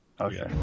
okay